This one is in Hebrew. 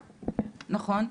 נכון?